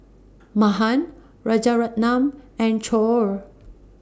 Mahan Rajaratnam and Choor